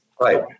Right